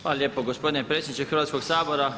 Hvala lijepo gospodine predsjedniče Hrvatskog sabora.